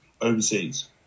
overseas